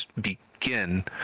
begin